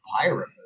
pirate